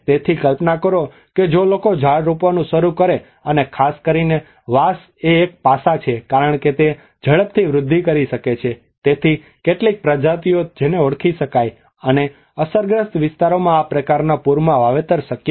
તેથી કલ્પના કરો કે જો લોકો ઝાડ રોપવાનું શરૂ કરે અને ખાસ કરીને વાંસ એ એક પાસા છે કારણ કે તે ઝડપથી વૃદ્ધિ કરી શકે છે તેથી કેટલીક પ્રજાતિઓ છે જેને ઓળખી શકાય અને અસરગ્રસ્ત વિસ્તારોમાં આ પ્રકારના પૂરમાં વાવેતર શક્ય છે